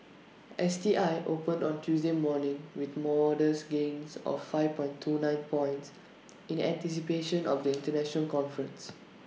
S T I opened on Tuesday morning with modest gains of five point two nine points in anticipation of the International conference